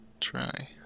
try